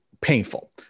painful